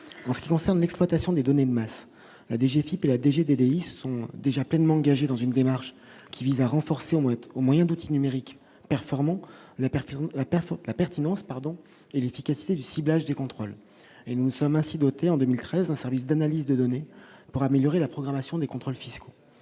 en ce qui concerne l'exploitation des données de masse la DGF IP DG DDI sont déjà pleinement engagés dans une démarche qui vise à renforcer, au moins au moyen d'outils numériques performants, la perfide la paire faut que la pertinence pardon et l'efficacité du ciblage des contrôles et nous sommes ainsi dotés en 2013, un service d'analyse de données pour améliorer la programmation des contrôles fiscaux,